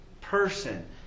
person